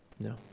No